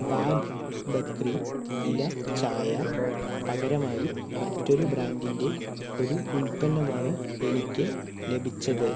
വാഗ് ബക്രി ഇല ചായ പകരമായി മറ്റൊരു ബ്രാൻഡിന്റെ ഒരു ഉൽപ്പന്നമാണ് എനിക്ക് ലഭിച്ചത്